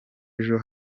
ejo